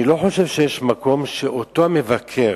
אני לא חושב שיש מקום שאותו המבקר,